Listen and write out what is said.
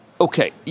Okay